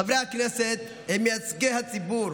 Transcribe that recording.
חברי הכנסת הם מייצגי הציבור,